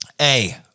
A-